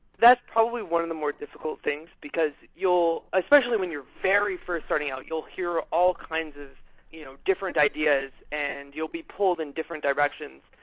that's probably one of the more difficult things, because you'll especially when you're very first starting out, you'll hear all kinds of you know different ideas and you'll be pulled in different directions.